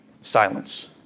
silence